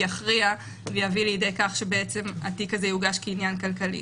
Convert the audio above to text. יכריע ויביא לידי כך שהתיק הזה יוגש כעניין כלכלי.